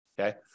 okay